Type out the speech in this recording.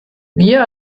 wir